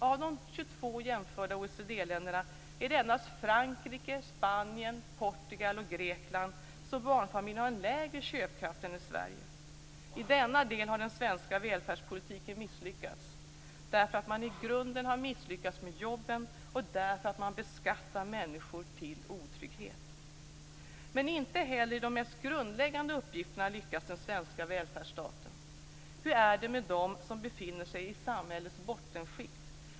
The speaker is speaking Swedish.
Av de 22 jämförda OECD-länderna är det endast i Frankrike, Spanien, Portugal och Grekland som barnfamiljerna har en lägre köpkraft än i Sverige. I denna del har den svenska välfärdspolitiken misslyckats, därför att man i grunden har misslyckats med jobben och därför att man beskattar människor till otrygghet. Men inte heller i de mest grundläggande uppgifterna lyckas den svenska välfärdsstaten. Hur är det med dem som befinner sig i samhällets bottenskikt?